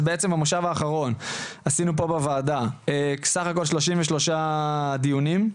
אז בעצם במושב האחרון עשינו פה בוועדה סך הכל שלושים ושלושה דיונים.